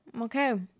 okay